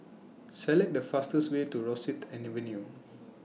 Select The fastest Way to Rosyth Avenue